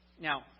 Now